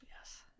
Yes